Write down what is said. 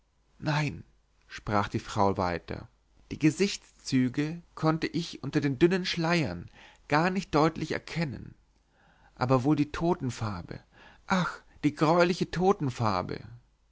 nein sprach die frau weiter die gesichtszüge konnte ich unter den dünnen schleiern gar nicht deutlich erkennen aber wohl die totenfarbe ach die greuliche totenfarbe